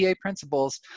principles